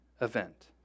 event